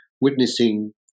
witnessing